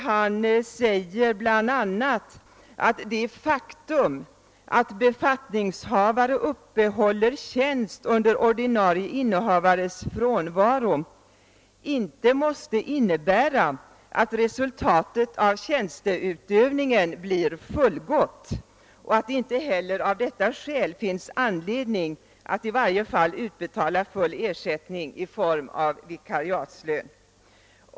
Han säger bl.a. att det faktum att befattningshavare uppehåller tjänst under ordinarie innehavares frånvaro inte måste innebära att resultatet av tjänsteutövningen blir fullgott och att det av detta skäl inte finns anledning att utbetala full ersättning i form av vikariatslön.